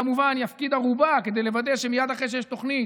הוא כמובן יפקיד ערובה כדי לוודא שמייד אחרי שיש תוכנית